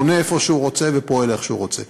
בונה איפה שהוא רוצה ופועל איך שהוא רוצה.